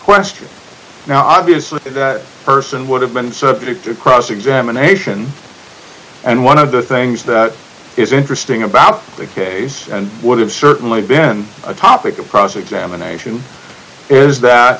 question now obviously a person would have been subject to cross examination and one of the things that is interesting about the case and would have certainly been a topic of process them a nation is that